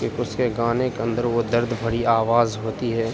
کیونکہ اس کے گانے کے اندر وہ درد بھری آواز ہوتی ہے